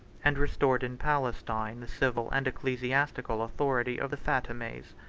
and restored in palestine the civil and ecclesiastical authority of the fatimites.